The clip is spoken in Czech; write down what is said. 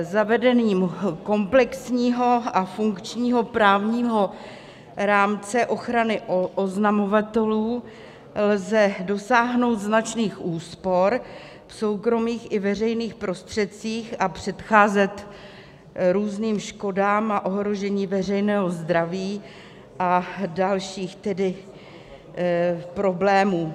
Zavedením komplexního a funkčního právního rámce ochrany oznamovatelů lze dosáhnout značných úspor v soukromých i veřejných prostředcích a předcházet různým škodám a ohrožení veřejného zdraví a dalším problémům.